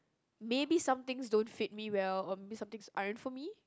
maybe some things don't fit me well or maybe some things aren't for me